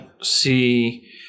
see